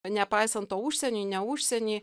nepaisant to užsieny ne užsieny